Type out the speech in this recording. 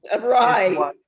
Right